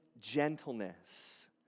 gentleness